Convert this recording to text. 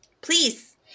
Please